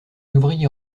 ouvrier